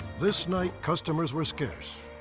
this night, customers were scarce.